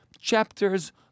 chapters